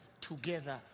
together